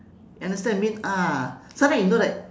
understand what I mean ah sometime you know that